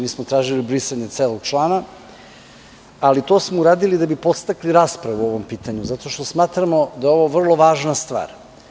Mi smo tražili brisanje celog člana, ali to smo uradili da bi podstakli raspravu o ovom pitanju, zato što smatramo da je ovo vrlo važna stvar.